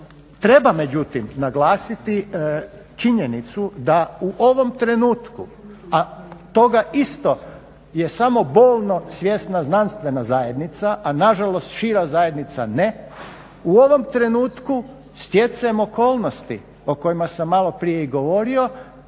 Treba međutim naglasiti činjenicu da u ovom trenutku, a toga isto je samo bolno svjesna znanstvena zajednica, a na žalost šira zajednica ne. U ovom trenutku stjecajem okolnosti o kojima sam malo prije i govorio